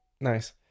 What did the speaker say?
nice